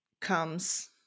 comes